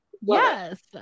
Yes